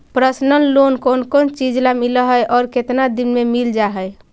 Personal loan कोन कोन चिज ल मिल है और केतना दिन में मिल जा है?